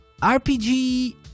RPG